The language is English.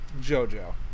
Jojo